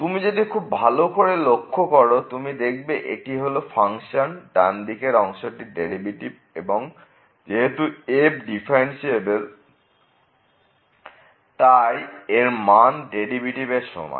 তুমি যদি খুব ভালো করে লক্ষ্য কর তুমি দেখবে এটি হল ফাংশন ডান দিকের অংশটির ডেরিভেটিভ এবং যেহেতু f ডিফারেন্সিএবেল তাই এটির মান সেই ডেরিভেটিভ এর সমান